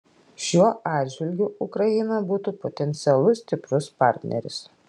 šiuo atžvilgiu ukraina būtų potencialus stiprus partneris